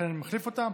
לכן אני מחליף אותה.